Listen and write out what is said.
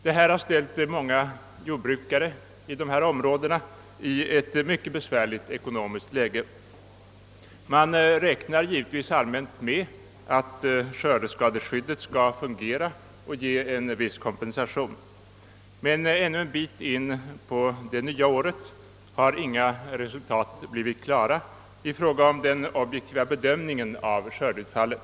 Detta har ställt många jordbrukare i dessa områden i ett mycket besvärligt ekonomiskt läge. Man räknar givetvis allmänt med att skördeskadeskyddet skall fungera och ge en viss kompensation. Men ännu en bit in på det nya året har inga resultat framkommit beträffande den objektiva bedömningen av skördeutfallet.